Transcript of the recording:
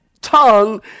tongue